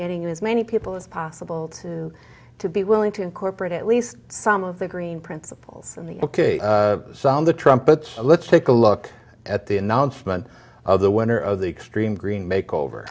getting as many people as possible to to be willing to incorporate at least some of the green principles and the ok the trumpets let's take a look at the announcement of the winner of the extreme green make over